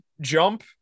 jump